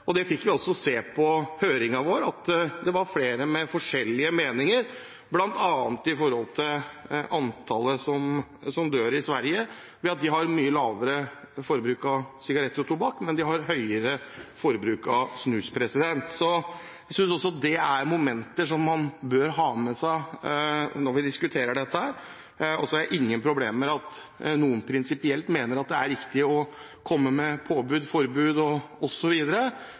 og det er faglige uenigheter. Det fikk vi også se på høringen vår, at det var flere med forskjellige meninger bl.a. når det gjaldt antallet som dør i Sverige, ved at de har mye lavere forbruk av sigaretter og tobakk, men de har høyere forbruk av snus. Jeg synes også det er momenter som man bør ha med seg når vi diskuterer dette. Så har jeg ingen problemer med at noen prinsipielt mener at det er riktig å komme med påbud, forbud